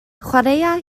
chwaraea